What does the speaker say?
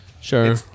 sure